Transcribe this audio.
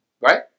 Right